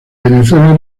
venezuela